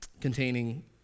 containing